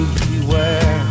beware